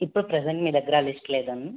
ఇప్పుడు ప్రెసెంట్ మీ దగ్గర ఆ లిస్ట్ లేదా అండి